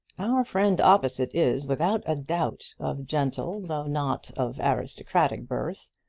our friend opposite is, without a doubt, of gentle though not of aristocratic birth.